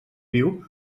viu